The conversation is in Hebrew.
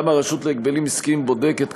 גם הרשות להגבלים עסקיים בודקת,